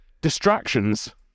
distractions